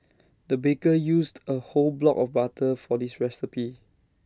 the baker used A whole block of butter for this recipe